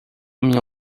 minha